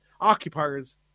occupiers